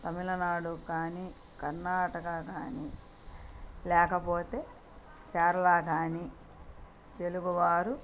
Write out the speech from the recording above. తమిళనాడు కానీ కర్ణాటక కానీ లేకపోతే కేరళ కానీ తెలుగువారు